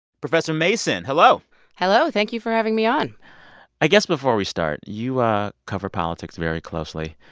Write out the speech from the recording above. professor mason, hello hello. thank you for having me on i guess before we start, you ah cover politics very closely.